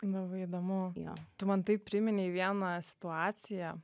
labai įdomu tu man taip priminei vieną situaciją